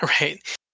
right